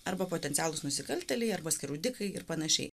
arba potencialūs nusikaltėliai arba skriaudikai ir panašiai